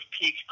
peak